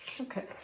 Okay